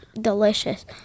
delicious